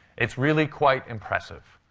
it's really quite impressive.